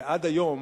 ועד היום